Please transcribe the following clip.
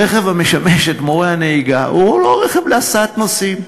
הרכב המשמש את מורי הנהיגה הוא לא רכב להסעת נוסעים.